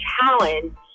challenge